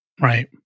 Right